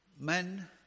Men